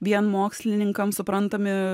vien mokslininkams suprantami